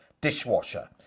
dishwasher